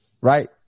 right